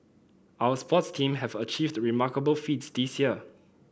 our sports team have achieved remarkable feats this year